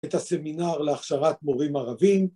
‫את הסמינר להכשרת מורים ערבים.